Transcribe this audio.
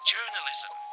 Journalism